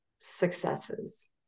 successes